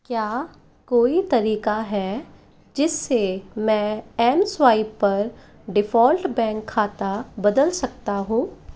क्या कोई तरीका है जिससे मैं एम स्वाइप पर डिफ़ॉल्ट बैंक खाता बदल सकता हूँ